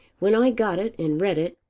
when i got it and read it,